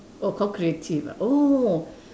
oh calculative ah oh